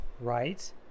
right